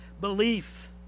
belief